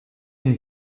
une